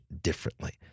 differently